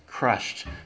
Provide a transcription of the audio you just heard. crushed